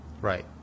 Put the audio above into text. Right